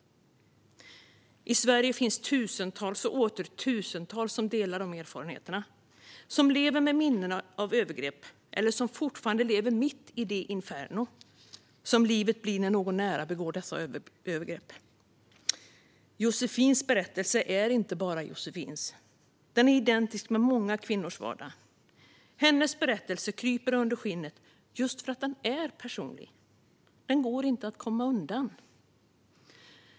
I Sverige finns tusentals och åter tusentals personer som delar de erfarenheterna. De lever med minnen av övergrepp eller lever fortfarande mitt i det inferno som livet blir när någon närstående begår dessa övergrepp. Josefins berättelse är inte bara Josefins. Den är identisk med många kvinnors vardag. Hennes berättelse kryper under skinnet just för att den är personlig och inte går att komma undan.